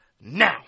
now